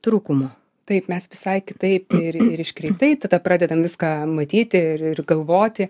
trūkumu taip mes visai kitaip ir ir iškreiptai tada pradedam viską matyti ir ir galvoti